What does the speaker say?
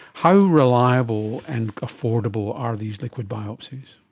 how reliable and affordable are these liquid biopsies?